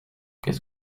qu’est